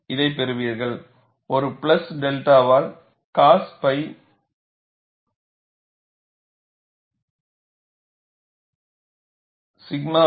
இதைப் பெறுவீர்கள் ஒரு பிளஸ் 𝛅 வால் காஸ் pi 𝛔 2 𝛔 ys ஆல் வகுக்கப்படுகிறது